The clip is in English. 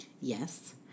yes